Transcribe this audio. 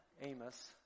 Amos